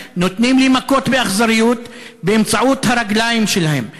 נותנים לי מכות באכזריות באמצעות הרגליים שלהם.